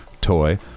Toy